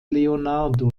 leonardo